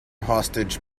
hostage